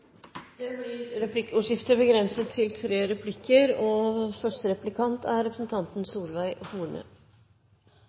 det blir gitt anledning til replikkordskifte begrenset til tre replikker